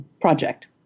project